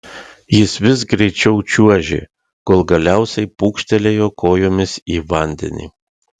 jis vis greičiau čiuožė kol galiausiai pūkštelėjo kojomis į vandenį